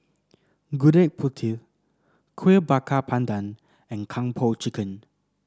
Gudeg Putih Kuih Bakar Pandan and Kung Po Chicken